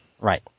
Right